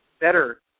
better